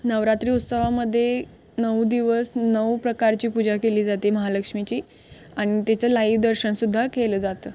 नवरात्री उत्सवामध्ये नऊ दिवस नऊ प्रकारची पूजा केली जाते महालक्ष्मीची आणि त्याचं लाईव दर्शनसुद्धा केलं जातं